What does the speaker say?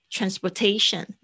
Transportation 。